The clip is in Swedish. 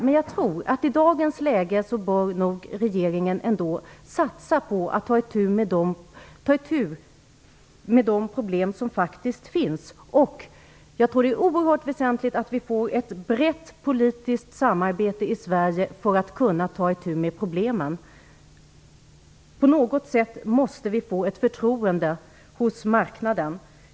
Men jag tror att regeringen i dagens läge ändå bör satsa på att ta itu med de problem som faktiskt finns. Jag tror att det är oerhört väsentligt att vi får ett brett politiskt samarbete i Sverige för att kunna ta itu med problemen. På något sätt måste vi få ett förtroende hos marknaden.